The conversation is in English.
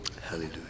hallelujah